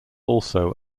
also